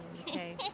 Okay